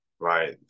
right